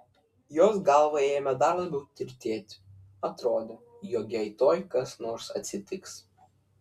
jos galva ėmė dar labiau tirtėti atrodė jog jai tuoj kas nors atsitiks